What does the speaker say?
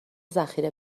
ذخیره